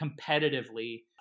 competitively